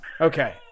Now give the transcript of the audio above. Okay